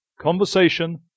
conversation